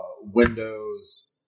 Windows